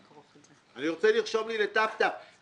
אני רוצה לרשום אצלי תאריך.